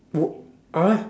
wo~ uh